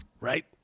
Right